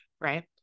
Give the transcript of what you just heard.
Right